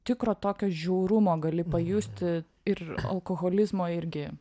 tikro tokio žiaurumo gali pajusti ir alkoholizmo irgi